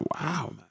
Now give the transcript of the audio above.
wow